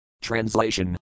Translation